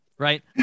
Right